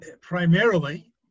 Primarily